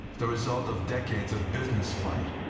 the result of decades of business flight,